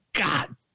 God